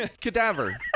cadaver